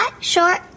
short